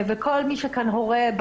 וכל מי שכאן הורֶה,